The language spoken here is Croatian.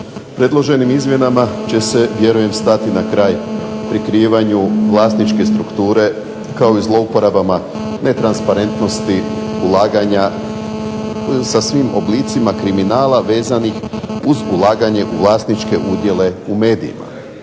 Predloženim izmjenama će se vjerujem stati na kraj prikrivanju vlasničke strukture kao i zlouporabama netransparentnosti ulaganja sa svim oblicima kriminala vezanih uz ulaganje u vlasničke udjele u medijima.